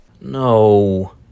No